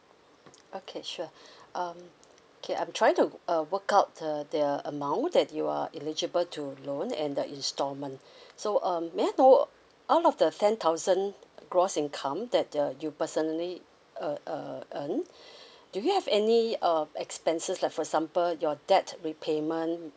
okay sure um okay I'm trying to uh work out the the amount that you are eligible to loan and the installment so um may I know out of the ten thousand gross income that uh you personally uh uh earn do you have any uh expenses like for example your debt repayment